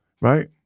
right